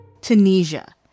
Tunisia